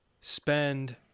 spend